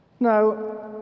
Now